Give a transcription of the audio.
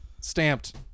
Stamped